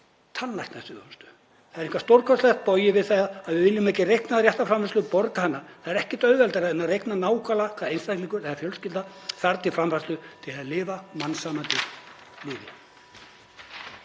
Það er eitthvað stórkostlega bogið við það að við viljum ekki reikna rétta framleiðslu og borga hana. Það er ekkert auðveldara en að reikna nákvæmlega hvað einstaklingur eða fjölskylda þarf til framfærslu til að lifa mannsæmandi lífi.